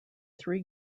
three